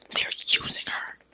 they're using her.